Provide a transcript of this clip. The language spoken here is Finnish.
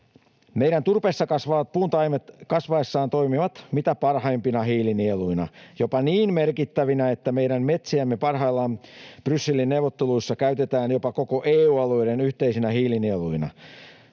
puuntaimet kasvaessaan toimivat mitä parhaimpina hiilinieluina, jopa niin merkittävinä, että meidän metsiämme parhaillaan Brysselin neuvotteluissa käytetään jopa koko EU-alueiden yhteisinä hiilinieluina.